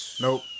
Nope